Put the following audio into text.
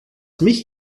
mich